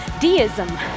deism